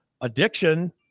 addiction